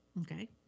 Okay